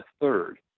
third